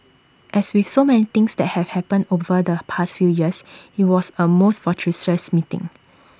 as with so many things that have happened over the past few years IT was A most fortuitous meeting